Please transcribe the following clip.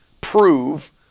prove